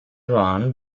run